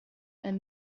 and